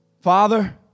Father